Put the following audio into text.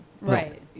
Right